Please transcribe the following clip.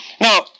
Now